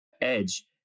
edge